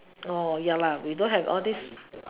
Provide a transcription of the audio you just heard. oh ya lor we don't have all this